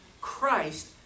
Christ